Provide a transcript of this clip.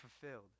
fulfilled